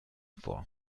vor